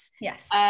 Yes